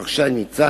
מר שי ניצן,